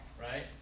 right